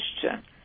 question